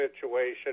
situation